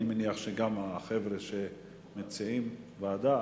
אני מניח שגם החבר'ה שמציעים, ועדה.